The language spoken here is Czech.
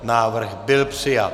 Návrh byl přijat.